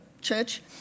church